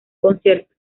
concierto